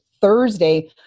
Thursday